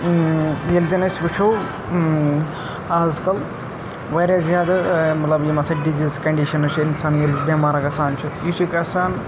ییٚلہِ زَن أسۍ وٕچھو آزکَل واریاہ زیادٕ مطلب یِم ہَسا ڈِزیٖز کَنڈِشَنٕز چھِ اِنسان ییٚلہِ بٮ۪مار گَژھان چھِ یہِ چھُ گَژھان